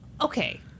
okay